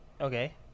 Okay